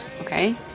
Okay